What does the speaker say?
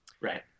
Right